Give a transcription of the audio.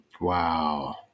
Wow